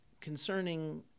concerning